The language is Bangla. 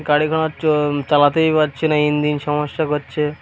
গাড়ি ঘোড়া চো চালাতেই পারছি না ইঞ্জিন সমস্যা করছে